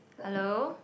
hello